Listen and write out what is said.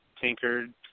tinkered